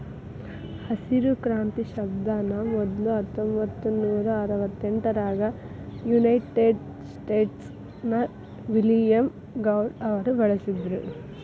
ಹಸಿರು ಕ್ರಾಂತಿ ಶಬ್ದಾನ ಮೊದ್ಲ ಹತ್ತೊಂಭತ್ತನೂರಾ ಅರವತ್ತೆಂಟರಾಗ ಯುನೈಟೆಡ್ ಸ್ಟೇಟ್ಸ್ ನ ವಿಲಿಯಂ ಗೌಡ್ ಅವರು ಬಳಸಿದ್ರು